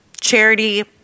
Charity